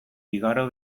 igaro